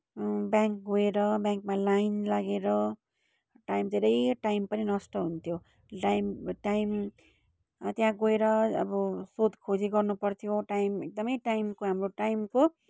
bank गएर ब्याङ्कमा line लागेर टाइम धेरै टाइम पनि नष्ट हुन्थ्यो टाइम टाइम त्यहाँ गएर अब सोध खोजी गर्नुपर्थ्यो टाइम एकदमै टाइमको हाम्रो टाइमको